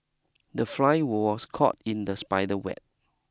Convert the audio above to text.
the fly was caught in the spider web